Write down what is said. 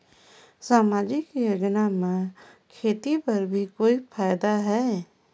समाजिक योजना म खेती बर भी कोई फायदा है?